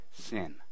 sin